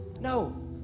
No